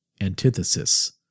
antithesis